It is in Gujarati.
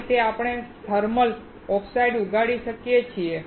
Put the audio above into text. આ રીતે આપણે થર્મલ ઓક્સાઇડ ઉગાડી શકીએ છીએ